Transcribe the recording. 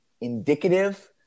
indicative